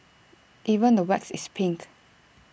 even the wax is pink